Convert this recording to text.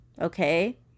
okay